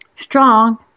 strong